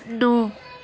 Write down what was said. no